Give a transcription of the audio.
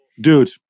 dude